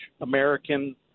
American